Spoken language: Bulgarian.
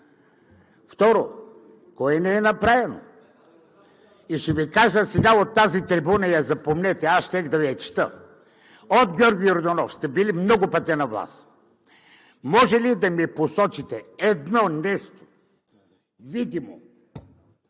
Второ, кое не е направено? Ще Ви кажа от тази трибуна и запомнете – щях да Ви я чета. От Георги Йорданов сте били много пъти на власт. Може ли да ми посочите едно нещо – видимо,